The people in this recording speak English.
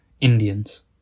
Indians